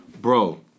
Bro